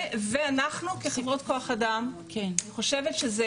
אנחנו, כחברות כוח אדם, אני חושבת שזה